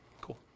Cool